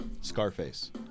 Scarface